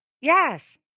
Yes